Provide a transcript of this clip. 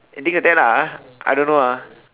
and things like that lah ah I don't know ah